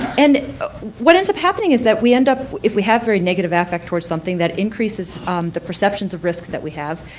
and ah what ends up happening is that we end up if we have very negative affect towards something that increases the perceptions of risk we have,